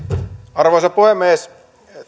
arvoisa puhemies